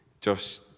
Josh